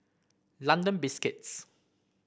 London Biscuits